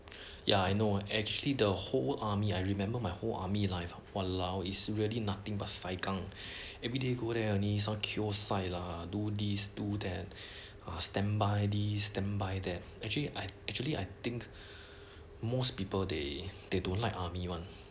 ya I know actually the whole army I remember my whole army life of !walao! is really nothing but sai kang everyday go there only cure sai lah do these do that standby this standby that actually I actually I think most people they they don't like army one